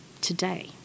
today